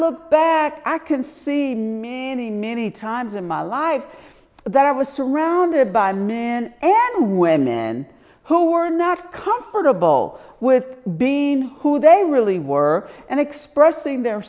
look back i can see meaning many times in my life that i was surrounded by men and women who were not comfortable with being who they really were and expressing their